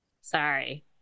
Sorry